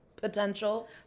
Potential